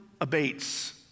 abates